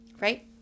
Right